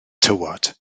tywod